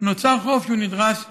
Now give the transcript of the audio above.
נוצר חוב שהוא נדרש להסדיר.